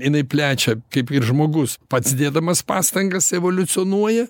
jinai plečia kaip ir žmogus pats dėdamas pastangas evoliucionuoja